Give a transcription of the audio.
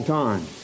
time